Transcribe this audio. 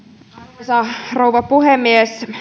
arvoisa rouva puhemies